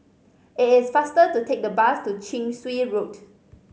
it is faster to take the bus to Chin Swee Road